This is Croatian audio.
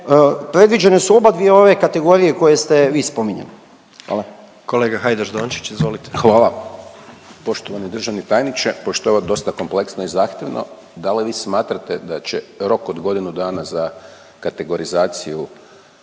predviđene su oba dvije ove kategorije koje ste vi spominjali. Hvala. **Jandroković, Gordan (HDZ)** Kolega Hajdaš Dončić, izvolite. **Hajdaš Dončić, Siniša (SDP)** Hvala. Poštovani državni tajniče, pošto je ovo dosta kompleksno i zahtjevno, da li vi smatrate da će rok od godinu dana za kategorizaciju